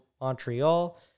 Montreal